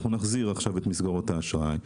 אנחנו נחזיר את מסגרות האשראי,